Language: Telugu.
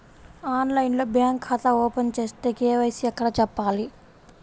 ఆన్లైన్లో బ్యాంకు ఖాతా ఓపెన్ చేస్తే, కే.వై.సి ఎక్కడ చెప్పాలి?